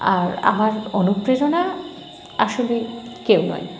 আর আমার অনুপ্রেরণা আসলে কেউ নয়